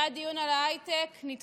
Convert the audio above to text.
היה דיון על ההייטק, נדחה,